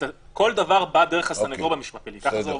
כל דבר בא דרך הסנגור במשפט הפלילי, ככה זה עובד.